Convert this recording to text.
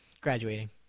Graduating